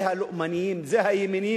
זה הלאומנים, זה הימנים.